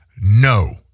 no